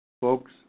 folks